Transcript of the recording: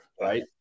right